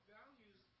values